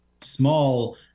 small